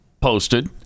posted